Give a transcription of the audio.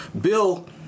Bill